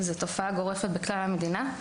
מדובר בתופעה גורפת בכלל המדינה.